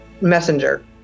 messenger